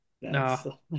No